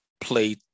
play